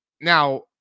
Now